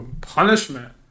punishment